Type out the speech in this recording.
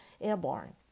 airborne